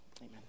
Amen